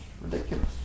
ridiculous